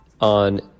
on